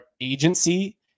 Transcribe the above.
agency